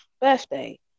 birthday